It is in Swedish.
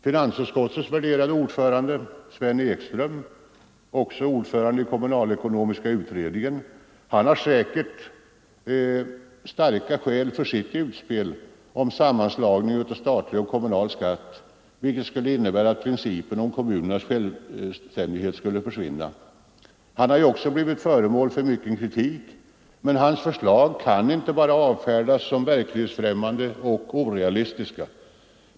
Finansutskottets värderade vice ordförande Sven Ekström — ordförande i kommunalekonomiska utredningen — har säkert starka skäl för sitt utspel om sammanslagningen av statlig och kommunal skatt, något som skulle innebära att principen om kommunernas självständighet skulle försvinna. Han har blivit föremål för mycken kritik, men hans förslag kan inte bara avfärdas som verklighetsfrämmande och orealistiska.